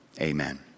Amen